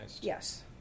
Yes